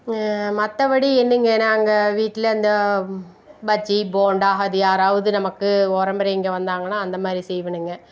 மற்றபடி என்னங்க நாங்க வீட்டில இந்த பஜ்ஜி போண்டா அது யாராவது நமக்கு உறவ்முறைங்க வந்தாங்கனா அந்த மாதிரி செய்வேனுங்க